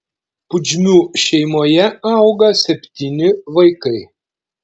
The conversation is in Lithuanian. pudžmių šeimoje auga septyni vaikai